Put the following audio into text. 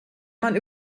man